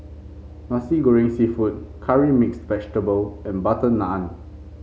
Nasi Goreng seafood Curry Mixed Vegetable and butter naan